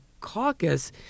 caucus